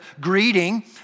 greeting